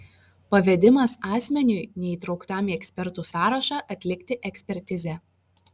pavedimas asmeniui neįtrauktam į ekspertų sąrašą atlikti ekspertizę